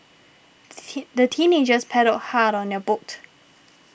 the teenagers paddled hard on their boat